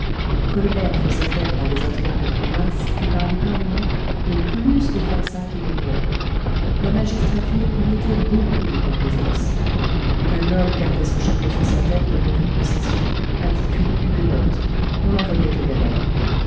colbert faisait faire par les intendants de province et par les parlements le plus de forçats qu'il pouvait la magistrature y mettait beaucoup de complaisance un homme gardait son chapeau sur sa tête devant une procession attitude huguenote on l'envoyait aux galères